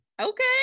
Okay